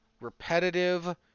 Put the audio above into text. repetitive